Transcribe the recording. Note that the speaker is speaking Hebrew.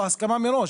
לא, הסכמה מראש.